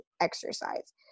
exercise